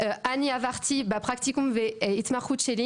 של ערעור, ואני אשמח,